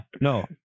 no